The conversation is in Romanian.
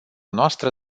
noastră